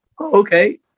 okay